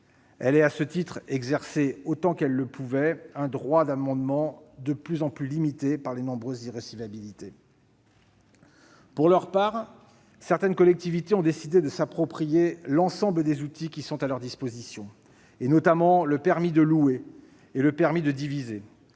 a, à ce titre, exercé autant qu'elle le pouvait un droit d'amendement de plus en plus limité par les nombreuses irrecevabilités. Pour leur part, certaines collectivités ont décidé de s'approprier l'ensemble des outils qui sont à leur disposition, notamment le permis de louer et le permis de diviser.